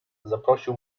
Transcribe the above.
zaprosił